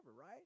right